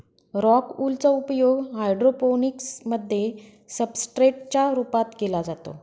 rock wool चा उपयोग hydroponics मध्ये सब्सट्रेट च्या रूपात केला जातो